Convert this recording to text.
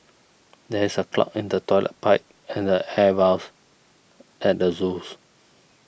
there is a clog in the Toilet Pipe and the air at the zoos